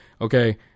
okay